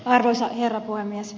arvoisa herra puhemies